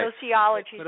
sociology